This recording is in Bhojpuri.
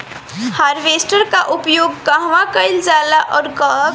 हारवेस्टर का उपयोग कहवा कइल जाला और कब?